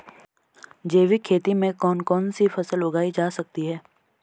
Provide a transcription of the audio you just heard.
जैविक खेती में कौन कौन सी फसल उगाई जा सकती है?